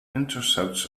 intercepts